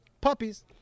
Puppies